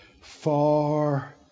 far